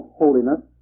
holiness